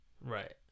right